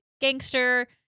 gangster